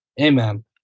Amen